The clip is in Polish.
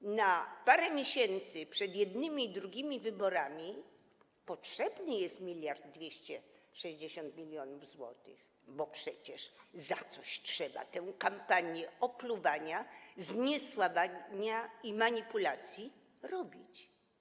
I na parę miesięcy przed jednymi i drugimi wyborami potrzebne jest 1260 mln zł, bo przecież za coś trzeba tę kampanię opluwania, zniesławiania i manipulacji robić.